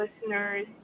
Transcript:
listeners